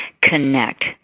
connect